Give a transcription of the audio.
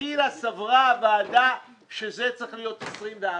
מלכתחילה סברה הוועדה שצריכים להיות 24 חודשים.